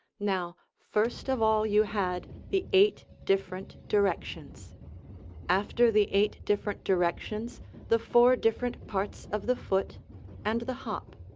now, first of all you had the eight different directions after the eight different directions the four different parts of the foot and the hop,